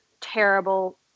terrible